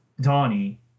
Donnie